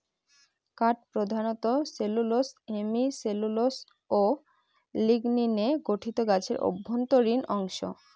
কাঠ প্রধানত cellulose hemicellulose ও লিগনিনে গঠিত গাছের অভ্যন্তরীণ অংশ